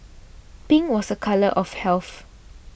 pink was a colour of health